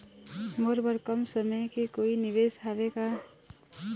मोर बर कम समय के कोई निवेश हावे का?